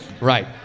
Right